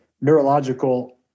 neurological